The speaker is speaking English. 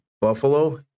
Buffalo